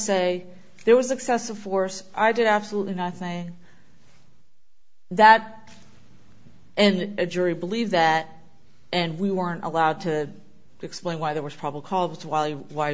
say there was excessive force i did absolutely nothing that and a jury believe that and we weren't allowed to explain why there was probably called while